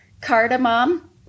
cardamom